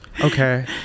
Okay